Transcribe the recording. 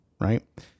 right